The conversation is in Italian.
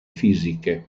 fisiche